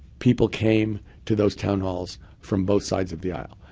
people came to those town halls from both sides of the aisle.